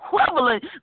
equivalent